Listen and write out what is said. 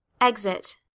Exit